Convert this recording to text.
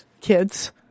Kids